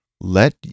Let